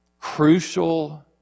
crucial